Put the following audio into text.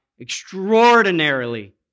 extraordinarily